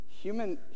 Human